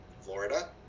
Florida